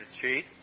cheat